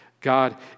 God